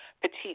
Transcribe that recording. petite